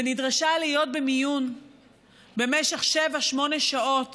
ונדרשה להיות במיון במשך שבע-שמונה שעות